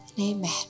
amen